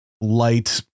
light